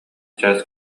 чаас